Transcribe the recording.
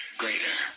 greater